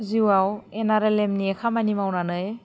जिउआव N R L M नि खामानि मावनानै